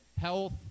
health